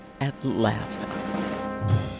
Atlanta